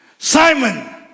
Simon